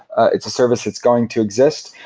it's a service that's going to exist.